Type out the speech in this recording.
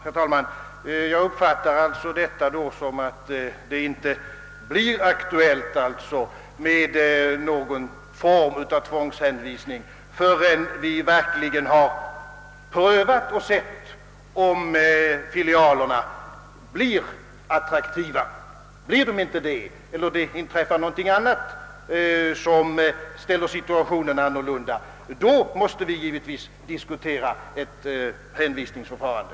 Herr talman! Jag uppfattar detta uttalande av ecklesiastikministern som att det inte blir aktuellt med någon form av tvångshänvisning, förrän vi verkligen har sett om filialerna blir attraktiva. Blir de inte det eller inträffar det något annat som gör att situationen blir ändrad, måste vi givetvis diskutera ett hänvisningsförfarande.